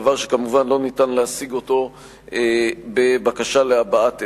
דבר שכמובן לא ניתן להשיג אותו בבקשה להבעת אמון.